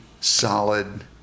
solid